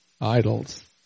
idols